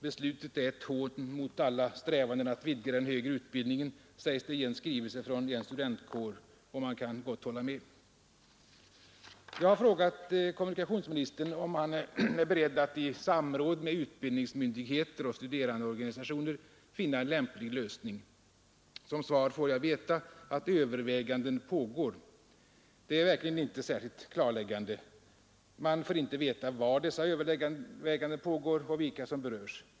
Beslutet är ett hån mot alla strävanden att vidga den högre utbildningen, sägs det i en skrivelse från en studentkår, och man kan gott hålla med. Jag har frågat kommunikationsministern om han är beredd att i samråd med utbildningsmyndigheter och studerandeorganisationer finna en lämplig lösning. Som svar får jag veta att överväganden pågår. Det är verkligen inte särskilt klarläggande. Man får inte veta var dessa överväganden pågår och vilka som berörs.